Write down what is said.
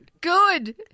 good